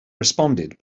responded